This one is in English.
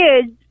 kids